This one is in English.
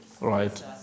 right